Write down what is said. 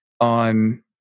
on